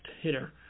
hitter